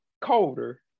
colder